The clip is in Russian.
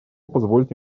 позвольте